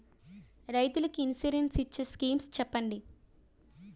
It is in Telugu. రైతులు కి ఇన్సురెన్స్ ఇచ్చే స్కీమ్స్ చెప్పండి?